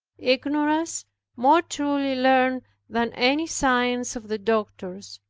ignorance more truly learned than any science of the doctors,